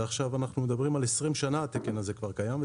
ועכשיו אנחנו מדברים על התקן הזה שקיים כבר 20 שנים,